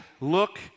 Look